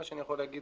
אני יכול להגיד